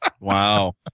Wow